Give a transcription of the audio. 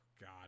God